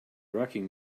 rocking